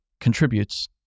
contributes